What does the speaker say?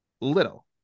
little